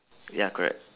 ya correct